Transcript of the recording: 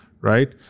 right